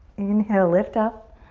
inhale, lift up.